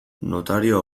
notario